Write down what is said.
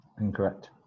incorrect